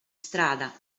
strada